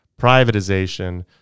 privatization